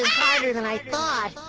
harder than i thought.